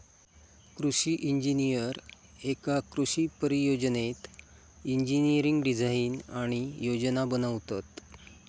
कृषि इंजिनीयर एका कृषि परियोजनेत इंजिनियरिंग डिझाईन आणि योजना बनवतत